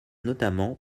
notamment